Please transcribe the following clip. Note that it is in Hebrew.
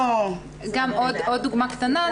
עוד דוגמה קטנה,